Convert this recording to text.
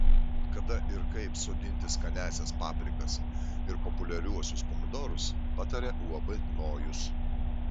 kada ir kaip sodinti skaniąsias paprikas ir populiariuosius pomidorus pataria uab nojus